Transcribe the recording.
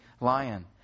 lion